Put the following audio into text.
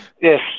Yes